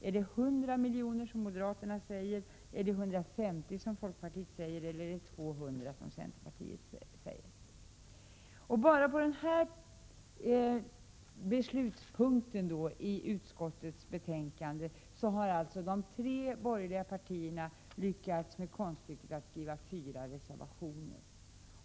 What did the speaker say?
Är det 100 miljoner som moderaterna säger, är det 150 miljoner som folkpartiet säger eller är det 200 miljoner som centerpartiet säger? Bara på den här beslutspunkten i utskottets betänkande har alltså de tre borgerliga partierna lyckats med konststycket att skriva fyra reservationer.